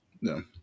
No